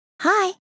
Hi